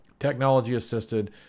Technology-assisted